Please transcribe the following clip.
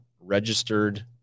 registered